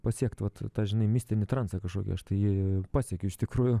pasiekt vat tą žinai mistinį transą kažkokį aš tai jį pasiekiu iš tikrųjų